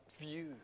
view